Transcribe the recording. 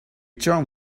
turned